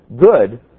good